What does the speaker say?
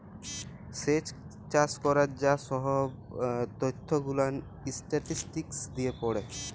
স্যেচ চাষ ক্যরার যা সহব ত্যথ গুলান ইসট্যাটিসটিকস দিয়ে পড়ে